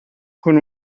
con